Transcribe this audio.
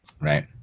right